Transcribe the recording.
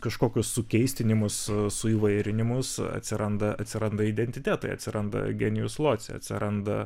kažkokius sukeistinimus suįvairinimus atsiranda atsiranda identitetai atsiranda genijus loci atsiranda